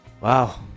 wow